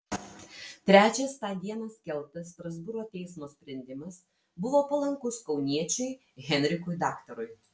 trečias tą dieną skelbtas strasbūro teismo sprendimas buvo palankus kauniečiui henrikui daktarui